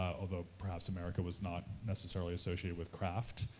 ah although crafts america was not necessarily associated with craft,